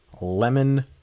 lemon